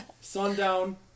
Sundown